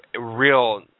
Real